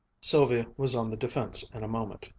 sylvia was on the defense in a moment.